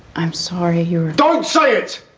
i'm sorry. you don't say it.